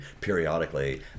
periodically